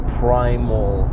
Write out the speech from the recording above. primal